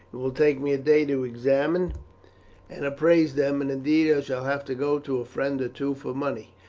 it will take me a day to examine and appraise them and, indeed, i shall have to go to a friend or two for money,